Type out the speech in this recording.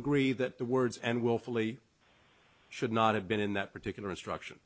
agree that the words and willfully should not have been in that particular instruction